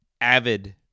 avid